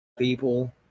people